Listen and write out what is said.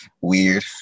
Weird